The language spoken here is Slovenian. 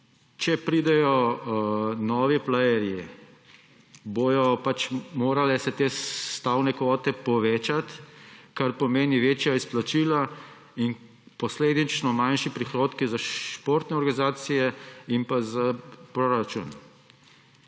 Če pridejo novi playerji, se bodo morale te stavne kvote povečati, kar pomeni večja izplačila in posledično manjše prihodke za športne organizacije in za proračun.